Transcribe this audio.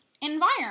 environment